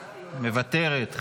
מוותרת,